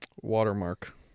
watermark